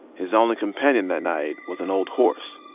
his only companion that night was an old horse